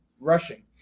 rushing